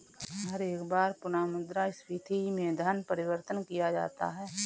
हर एक बार पुनः मुद्रा स्फीती में धन परिवर्तन किया जाता है